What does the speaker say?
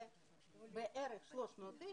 ובערך 300,